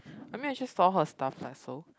I mean I just saw her stuff lah so